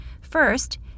First